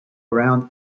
around